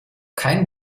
kein